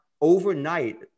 overnight